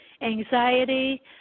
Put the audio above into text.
anxiety